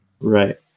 Right